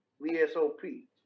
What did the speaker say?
V-S-O-P